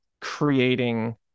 creating